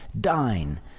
dine